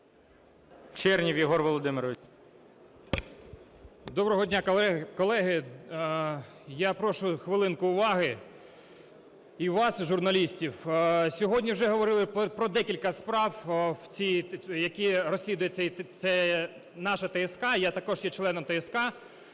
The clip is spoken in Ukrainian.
Доброго дня, колеги. Я прошу хвилинку уваги. І вас, журналістів. Сьогодні вже говорили про декілька справ, які розслідуються. Це наша ТСК, я також є членом ТСК.